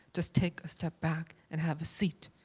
just take a step back and have a seat.